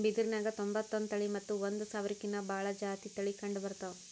ಬಿದಿರ್ನ್ಯಾಗ್ ತೊಂಬತ್ತೊಂದು ತಳಿ ಮತ್ತ್ ಒಂದ್ ಸಾವಿರ್ಕಿನ್ನಾ ಭಾಳ್ ಜಾತಿ ತಳಿ ಕಂಡಬರ್ತವ್